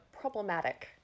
problematic